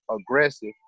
aggressive